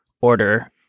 order